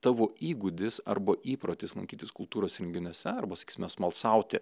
tavo įgūdis arba įprotis lankytis kultūros renginiuose arba sakysime smalsauti